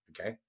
okay